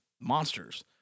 monsters